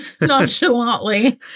nonchalantly